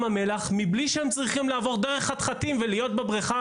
המלח מבלי שהם צריכים לעבור דרך חתחתים ולהיות בבריכה